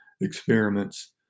experiments